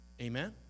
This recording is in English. Amen